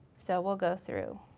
so we'll go through.